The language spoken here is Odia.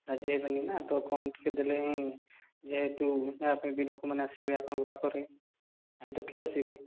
ରାଜି ହେବେନି ନା ତ କମ୍ ଟିକେ ଦେଲେ ହିଁ ଯେହେତୁ ନେବାପାଇଁ ବି ଲୋକମାନେ ଆସିବେ ଆପଣଙ୍କ ପାଖରେ ନାଇଁତ କିଏ ଆସିବେ